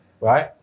right